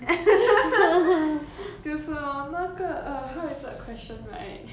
就是 orh 那个 uh how is it a question right